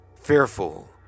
Fearful